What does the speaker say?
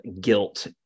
guilt